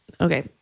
okay